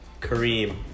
Kareem